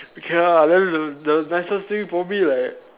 okay lah then the the nicest thing probably like